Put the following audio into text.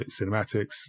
cinematics